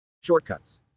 Shortcuts